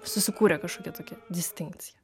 susikūrė kažkokia tokia distinkcija